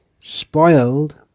spoiled